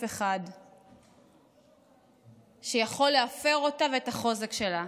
אחד שיכולים להפר אותה ואת החוזק שלה.